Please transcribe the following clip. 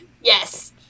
Yes